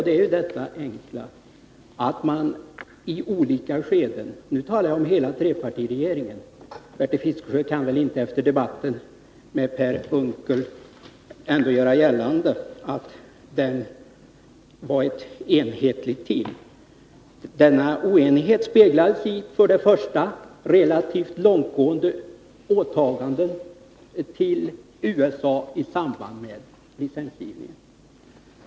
Det är helt enkelt det att trepartiregeringen i olika skeden inte utgjorde ett enigt team — Bertil Fiskesjö kan väl efter debatten med Per Unckel inte göra gällande att det rörde sig om ett enigt team. Denna oenighet speglades för det första när det gällde relativt långtgående åtaganden gentemot USA i samband med licensgivningen.